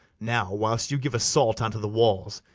now, whilst you give assault unto the walls,